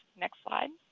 next slide.